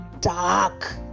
dark